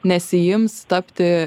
nesiims tapti